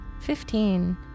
Fifteen